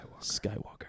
Skywalker